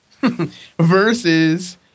Versus